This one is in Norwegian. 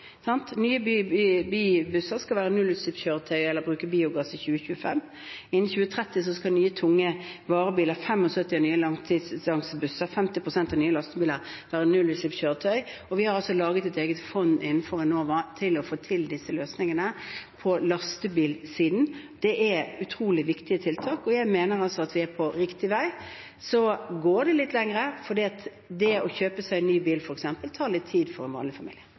Nye bybusser skal være nullutslippskjøretøy eller bruke biogass innen 2025. Innen 2030 skal nye tunge varebiler, 75 pst. av nye langdistansebusser og 50 pst. av nye lastebiler være nullutslippskjøretøy, og vi har laget et eget fond innenfor Enova for å få til disse løsningene på lastebilsiden. Det er utrolig viktige tiltak, og jeg mener altså at vi er på riktig vei. Så tar det litt lengre tid, f.eks. fordi det å kjøpe seg ny bil tar litt tid for en vanlig familie.